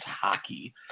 hockey